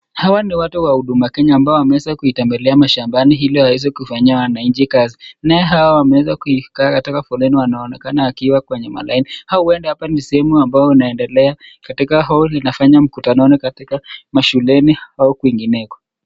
Watu wa huduma Kenya ambao wameweza kutembelea mashambani ili waweze kufanyia wananchi kazi. Naye hawa wameweza kuikaa katika foleni wanaonekana wakiwa kwenye malaini huenda hapa ni sehemu ambayo unaendelea katika hall inafanya mkutano katika shuleni au kwingineko.